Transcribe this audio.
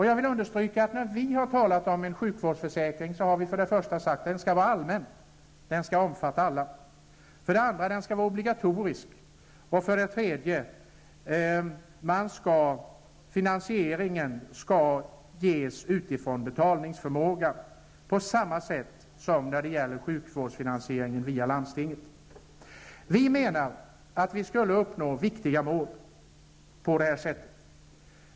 Jag vill understryka att vi när vi har talat om en sjukvårdsförsäkring har sagt att den för det första skall vara allmän och omfatta alla. För det andra skall den vara obligatorisk, och för det tredje skall finansieringen ske utifrån betalningsförmågan på samma sätt som när det gäller sjukvårdens finansiering via landstinget. Vi skulle uppnå viktiga mål på detta sätt.